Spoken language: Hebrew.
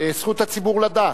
זכות הציבור לדעת?